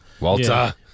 Walter